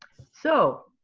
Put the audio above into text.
so,